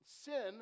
sin